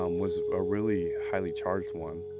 um was a really highly charged one